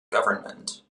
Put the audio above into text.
government